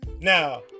Now